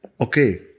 Okay